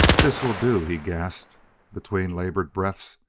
this will do, he gasped between labored breaths.